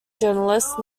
journalist